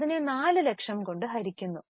അതിനെ 4 ലക്ഷം കൊണ്ട് ഹരിക്കുന്നു